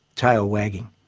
tail wagging.